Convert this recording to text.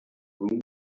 room